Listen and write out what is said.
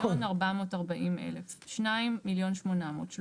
1,440,000. שניים - 1,800,000,